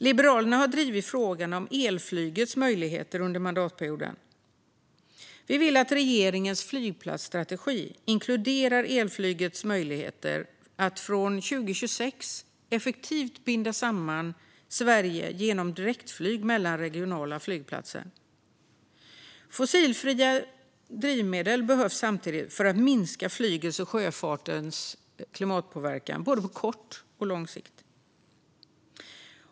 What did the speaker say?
Liberalerna har drivit frågan om elflygets möjligheter under mandatperioden. Vi vill att regeringens flygplatsstrategi inkluderar elflygets möjligheter att från 2026 effektivt binda samman Sverige genom direktflyg mellan regionala flygplatser. Fossilfria drivmedel behövs samtidigt för att minska flygets och sjöfartens klimatpåverkan på både kort och lång sikt.